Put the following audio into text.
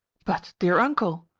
but, dear uncle,